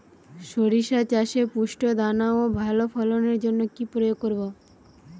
শরিষা চাষে পুষ্ট দানা ও ভালো ফলনের জন্য কি প্রয়োগ করব?